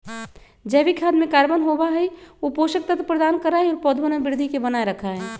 जैविक खाद में कार्बन होबा हई ऊ पोषक तत्व प्रदान करा हई और पौधवन के वृद्धि के बनाए रखा हई